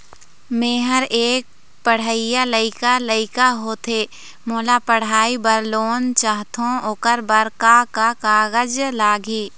मेहर एक पढ़इया लइका लइका होथे मोला पढ़ई बर लोन चाहथों ओकर बर का का कागज लगही?